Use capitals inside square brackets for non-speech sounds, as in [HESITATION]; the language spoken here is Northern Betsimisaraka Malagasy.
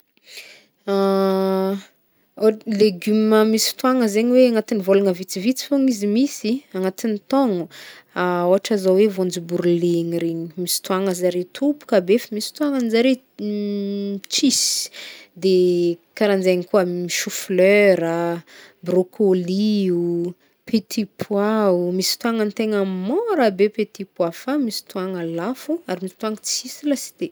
[HESITATION] Ôh- léguma misy fotoagna zegny hoe agnatiny vôlagna vitsivitsy fôgn izy misy, agnatin taogno [HESITATION] Ôhatra zao e, voanjobory legna regny. Misy fotoagny zare tobaka be fa misy fotoagna zare, [HESITATION] tsisy. [HESITATION] Karahanjaigny koa chou flera, broccoli o, petit pois o, misy fotôagna tegna môra be petit pois fa misy fotoagna lafo, ary misy fatôagna tsisy lasite.